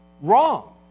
Wrong